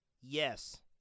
Yes